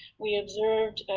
we observed,